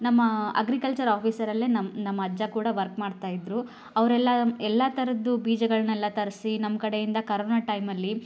ನಮ್ಮ ಅಗ್ರಿಕಲ್ಚರ್ ಆಫೀಸರಲ್ಲೇ ನಮ್ಮ ನಮ್ಮ ಅಜ್ಜ ಕೂಡ ವರ್ಕ್ ಮಾಡ್ತಾಯಿದ್ದರು ಅವರೆಲ್ಲ ಎಲ್ಲ ಥರದ್ದು ಬೀಜಗಳನ್ನೆಲ್ಲ ತರಿಸಿ ನಮ್ಮ ಕಡೆಯಿಂದ ಕರೋನ ಟೈಮಲ್ಲಿ